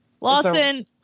Lawson